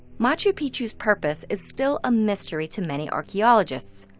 machu picchu's purpose is still a mystery to many archeologists.